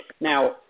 Now